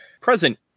present